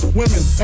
women